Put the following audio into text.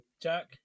jack